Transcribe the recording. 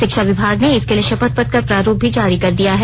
शिक्षा विभाग ने इसके शपथ पत्र का प्रांरूप भी जारी कर दिया है